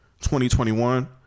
2021